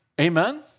Amen